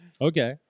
Okay